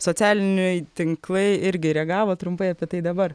socialiniai tinklai irgi reagavo trumpai apie tai dabar